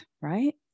right